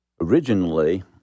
Originally